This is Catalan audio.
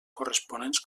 corresponents